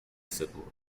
سپرد